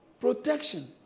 Protection